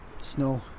Snow